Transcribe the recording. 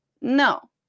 No